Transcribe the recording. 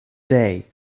day